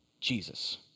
Jesus